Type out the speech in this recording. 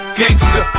gangsta